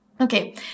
Okay